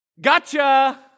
Gotcha